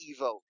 evo